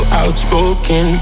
outspoken